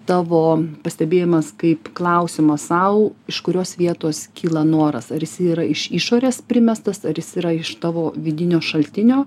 tavo pastebėjimas kaip klausimo sau iš kurios vietos kyla noras ar jis yra iš išorės primestas ar jis yra iš tavo vidinio šaltinio